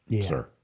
sir